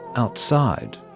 outside,